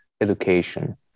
education